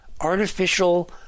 Artificial